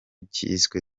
cyiswe